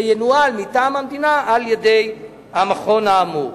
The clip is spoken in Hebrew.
וזה ינוהל מטעם המדינה על-ידי המכון האמור.